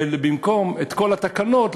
ובמקום כל התקנות,